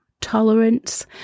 tolerance